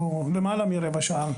הוא למעלה מרבע שעה.